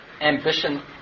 ambition